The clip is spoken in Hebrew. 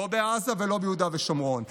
לא בעזה ולא ביהודה ושומרון,